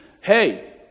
Hey